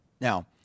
Now